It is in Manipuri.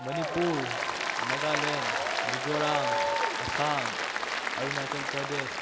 ꯃꯅꯤꯄꯨꯔ ꯅꯥꯒꯥꯂꯦꯟ ꯃꯤꯖꯣꯔꯥꯝ ꯑꯁꯥꯝ ꯑꯔꯨꯅꯥꯆꯜ ꯄ꯭ꯔꯗꯦꯁ